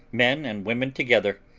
men and women together,